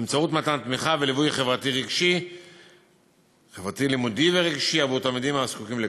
באמצעות מתן תמיכה וליווי חברתי לימודי ורגשי עבור תלמידים הזקוקים לכך.